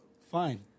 Fine